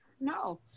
no